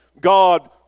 God